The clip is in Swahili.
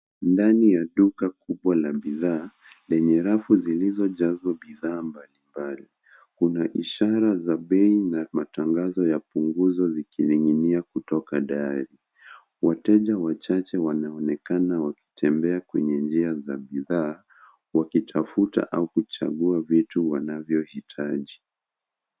Ndani ya duka kubwa la bidhaa , lenye rafu zilizojazwa bidhaa mbalimbali. Kuna ishara za bei na matangazo yapunguzwe zikininginia kutoka dari. Wateja wachache wanaonekana wakitembea kwenye njia za bidhaa, wakitafuta au kuchagua vitu wanavyohitaji